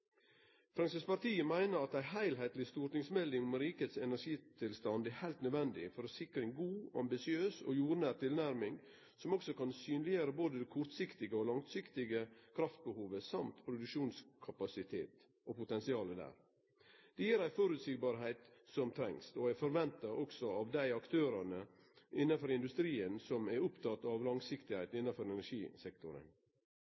Framstegspartiet meiner at ei heilskapleg stortingsmelding om rikets energitilstand er heilt nødvendig for å sikre ei god, ambisiøs og jordnær tilnærming som kan synleggjere både det kortsiktige og det langsiktige kraftbehovet så vel som produksjonskapasiteten og potensialet der. Det gir det føreseielege som trengst, og eg forventar òg av aktørane innanfor denne industrien at dei er opptekne av